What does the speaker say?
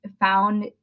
found